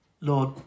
Lord